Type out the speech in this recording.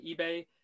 ebay